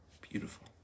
beautiful